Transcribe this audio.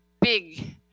big